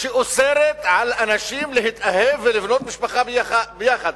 שאוסרת על אנשים להתאהב ולבנות משפחה יחד,